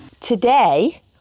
Today